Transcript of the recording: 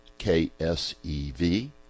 K-S-E-V